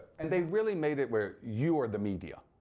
and they really made it where you are the media,